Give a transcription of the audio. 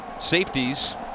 Safeties